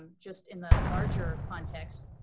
um just in the larger context,